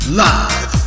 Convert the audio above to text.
live